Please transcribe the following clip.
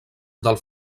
del